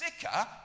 sicker